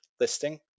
listing